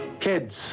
kids